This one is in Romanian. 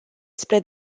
spre